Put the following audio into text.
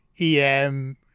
em